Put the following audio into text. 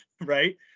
Right